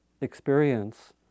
experience